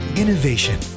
innovation